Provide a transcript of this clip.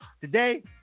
Today